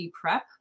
prep